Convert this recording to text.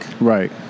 Right